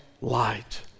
light